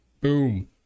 Boom